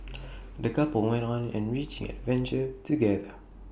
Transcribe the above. the couple went on an enriching adventure together